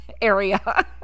area